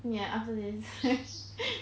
ya after this